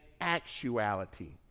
actuality